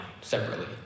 separately